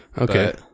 Okay